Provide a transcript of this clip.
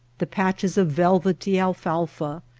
the patches of velvety alfalfa,